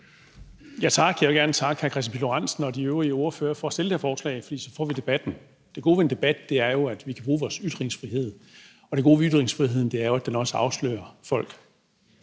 Tak. Jeg vil gerne takke hr. Kristian Pihl Lorentzen og de øvrige ordførere for at fremsætte det her forslag, for så får vi debatten. Det gode ved en debat er jo, at vi kan bruge vores ytringsfrihed, og det gode ved ytringsfriheden er jo, at den også afslører folk.